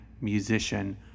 musician